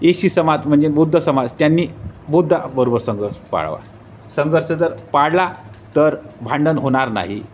ईशी समाज म्हणजे बुद्ध समाज त्यांनी संयम बुद्धाबरोबर संघर्ष पाळावा संघर्ष जर पाळला तर भांडण होणार नाही